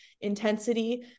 intensity